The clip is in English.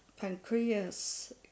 pancreas